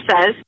says